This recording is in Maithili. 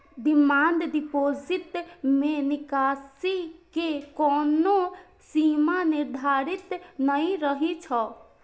डिमांड डिपोजिट मे निकासी के कोनो सीमा निर्धारित नै रहै छै